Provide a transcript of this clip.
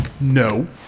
No